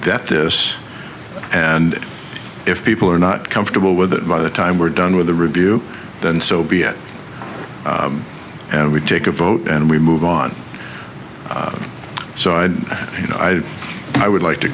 get this and if people are not comfortable with it by the time we're done with the review then so be it and we take a vote and we move on so i you know i i would like to